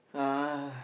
uh